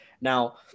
Now